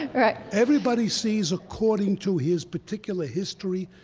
right everybody sees according to his particular history,